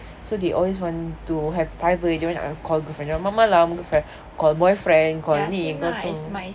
so they always want to have private they want to call girlfriend ma~ malam call boyfriend calling ni kau tu